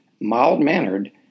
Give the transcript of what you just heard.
mild-mannered